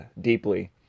deeply